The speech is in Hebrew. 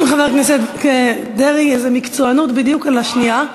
חבר הכנסת דרעי, איזה מקצוענות, בדיוק על השנייה.